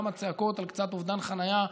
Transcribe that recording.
גם הצעקות על קצת אובדן חניה,